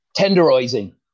Tenderizing